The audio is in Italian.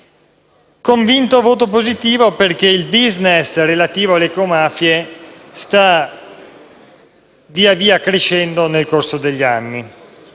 convinto voto positivo perché il *business* relativo alle ecomafie sta via, via crescendo nel corso degli anni.